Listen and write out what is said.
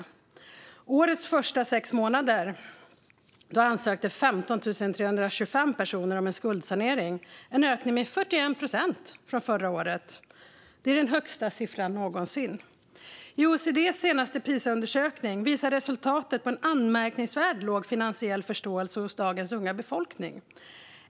Under årets första sex månader ansökte 15 325 personer om skuldsanering, en ökning med 41 procent jämfört med förra året. Det är den högsta siffran någonsin. I OECD:s senaste Pisaundersökning visar resultatet på en anmärkningsvärt låg finansiell förståelse hos dagens unga befolkning.